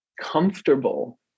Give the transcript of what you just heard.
comfortable